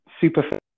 super